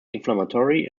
inflammatory